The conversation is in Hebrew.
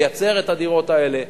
לייצר את הדירות האלה.